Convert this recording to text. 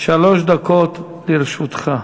שלוש דקות לרשותך.